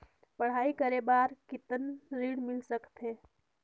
पढ़ाई करे बार कितन ऋण मिल सकथे?